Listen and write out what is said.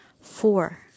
Four